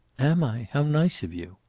am i? how nice of you!